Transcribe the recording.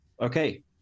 Okay